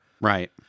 Right